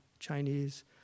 Chinese